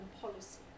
policy